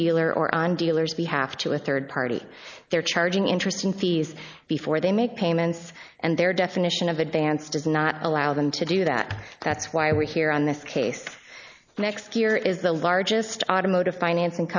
dealer or on dealer's behalf to a third party they're charging interest and fees before they make payments and their definition of advance does not allow them to do that that's why we're here on this case next year is the largest automotive financ